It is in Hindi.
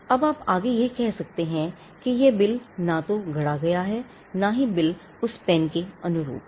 अब आप आगे यह कह सकते हैं कि यह बिल न तो गढ़ा गया है न ही बिल उन पेन के अनुरूप है